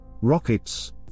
Rockets